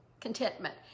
contentment